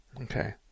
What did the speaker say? Okay